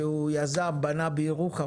שהוא יזם ובנה בירוחם,